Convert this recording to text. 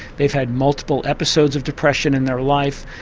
they've had multiple episodes of depression in their life.